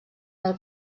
del